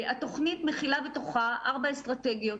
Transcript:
התוכנית מכילה בתוכה ארבע אסטרטגיות,